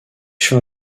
fais